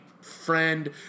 friend